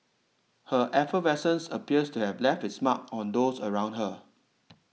her effervescence appears to have left its mark on those around her